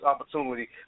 opportunity